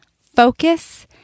focus